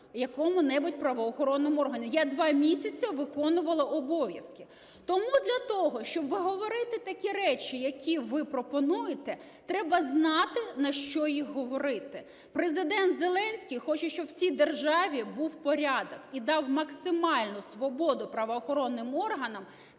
якому-небудь правоохоронному органу. Я два місяці виконувала обов'язки. Тому для того, щоб говорити такі речі, які ви пропонуєте, треба знати, на що їх говорити. Президент Зеленський хоче, щоб в цій державі був порядок, і дав максимальну свободу правоохоронним органам